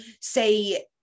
say